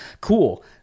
cool